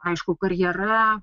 aišku karjera